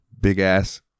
big-ass